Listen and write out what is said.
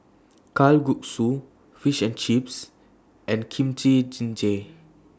Kalguksu Fish and Chips and Kimchi Jjigae